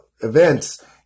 events